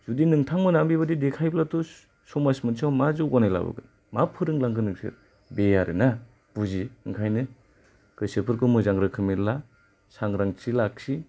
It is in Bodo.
जुदि नोंथांमोना बेयबादि देखायब्लाथ' स समाज मोनसेआव मा जौगानाय लाबोगोन मा फोरोंलांगोन नोंसोर बे आरो ना बुजि ओंखायनो गोसोफोरखौ मोजां रोखोमै ला सांग्रांथि लाखि